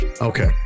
Okay